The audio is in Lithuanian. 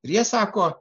ir jie sako